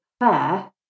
fair